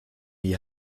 die